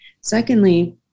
Secondly